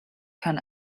can